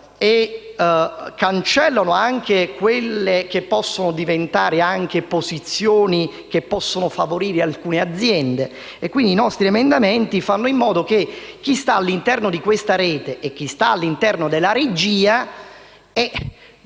e cancellano anche quelle posizioni che potrebbero favorire alcune aziende. I nostri emendamenti fanno in modo che chi sta all'interno di questa Rete e chi sta all'interno della regia